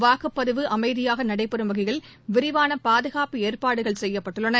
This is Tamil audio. வாக்குப்பதிவு அமைதியாக நடைபெறும் வகையில் விரிவான பாதுகாப்பு ஏற்பாடுகள் செய்யப்பட்டுள்ளன